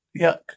Yuck